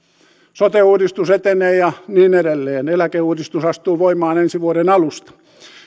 sote uudistus etenee ja niin edelleen eläkeuudistus astuu voimaan ensi vuoden alusta